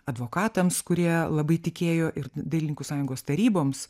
advokatams kurie labai tikėjo ir dailininkų sąjungos taryboms